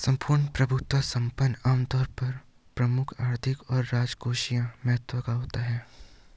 सम्पूर्ण प्रभुत्व संपन्न आमतौर पर प्रमुख आर्थिक और राजकोषीय महत्व का होता है